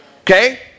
Okay